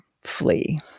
flee